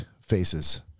faces